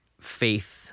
faith